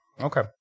okay